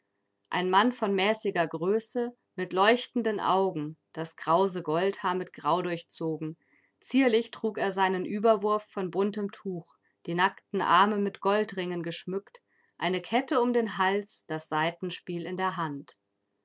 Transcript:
ein mann von mäßiger größe mit leuchtenden augen das krause goldhaar mit grau durchzogen zierlich trug er seinen überwurf von buntem tuch die nackten arme mit goldringen geschmückt eine kette um den hals das saitenspiel in der hand